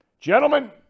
Gentlemen